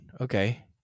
okay